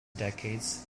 decades